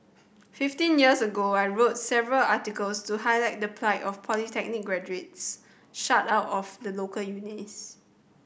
fifteen years ago I wrote several articles to highlight the plight of polytechnic graduates shut out of the local universities